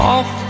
Off